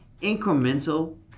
incremental